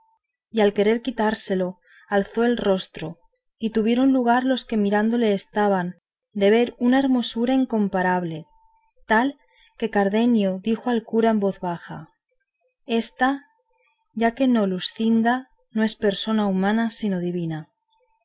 y al querer quitársele alzó el rostro y tuvieron lugar los que mirándole estaban de ver una hermosura incomparable tal que cardenio dijo al cura con voz baja ésta ya que no es luscinda no es persona humana sino divina